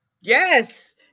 Yes